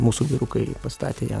mūsų vyrukai pastatė ją